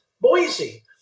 Boise